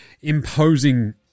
imposing